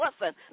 Listen